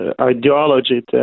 ideology